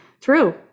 True